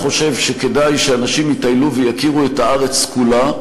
חושב שכדאי שאנשים יטיילו ויכירו את הארץ כולה,